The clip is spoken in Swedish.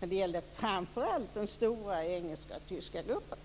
dessa - utan framför allt den stora engelska och tyska gruppen.